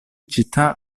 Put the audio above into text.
città